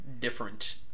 different